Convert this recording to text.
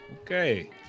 Okay